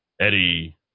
Eddie